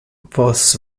vos